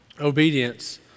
obedience